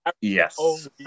yes